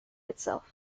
itself